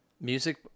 music